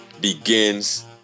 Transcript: begins